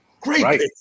great